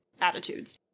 attitudes